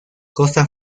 costa